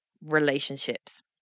relationships